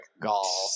Gall